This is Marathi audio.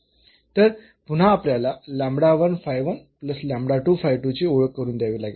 तर पुन्हा आपल्याला ची ओळख करून द्यावी लागेल